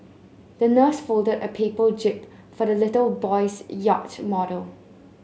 the nurse folded a paper jib for the little boy's yacht model